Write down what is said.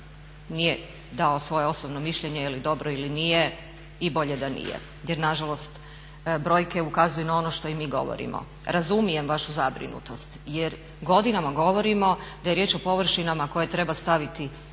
nije dao svoje osobno mišljenje je li dobro ili nije, i bolje da nije jer nažalost brojke ukazuju na ono što i mi govorimo. Razumijem vašu zabrinutost jer godinama govorimo da je riječ o površinama koje treba staviti u